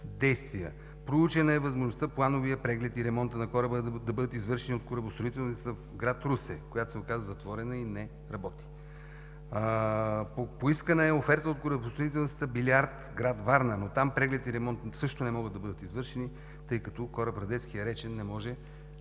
действия: проучена е възможността плановият преглед и ремонтът на кораба да бъдат извършени от корабостроителницата в град Русе, която се оказа затворена и не работи; поискана е оферта от Корабостроителницата „Булярд“ – град Варна, но там преглед и ремонт също не могат да бъдат извършени, тъй като корабът „Радецки“ е речен и не може